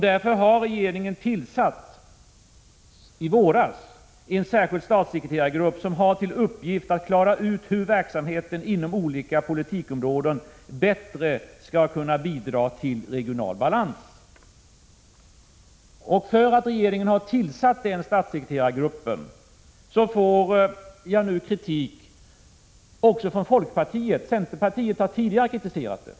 Därför tillsatte regeringen i våras en särskild statssekreterargrupp som har till uppgift att klara ut hur verksamheten inom olika politikområden bättre skall kunna bidra till regional balans. För att regeringen har tillsatt denna statssekreterargrupp får jag nu kritik också från folkpartiet. Centerpartiet har tidigare kritiserat den.